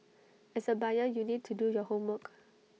as A buyer you need to do your homework